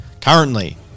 currently